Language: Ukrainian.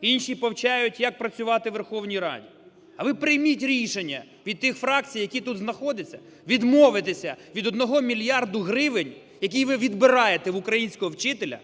інші повчають, як працювати Верховній Раді. А ви прийміть рішення від тих фракцій, які тут знаходяться, відмовитися від 1 мільярда гривень, який ви відбираєте в українського вчителя,